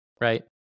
Right